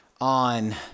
on